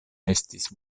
estis